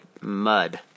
mud